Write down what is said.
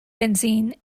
benzene